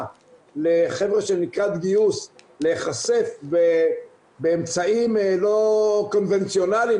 לחבר'ה שהם לקראת גיוס להיחשף באמצעים לא קונבנציונאליים,